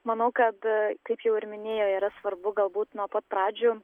manau kad aa kaip jau ir minėjo yra svarbu galbūt nuo pat pradžių